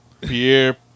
Pierre